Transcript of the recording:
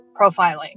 profiling